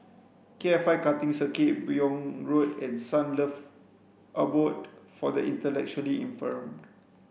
K F I Karting Circuit Buyong Road and Sunlove Abode for the Intellectually Infirmed